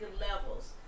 levels